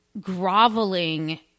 groveling